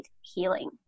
Healing